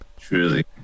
Truly